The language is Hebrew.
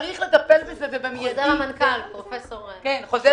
צריך לטפל בזה באופן מיידי.